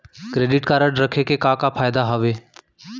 Credit card रखे के का का फायदा हवे?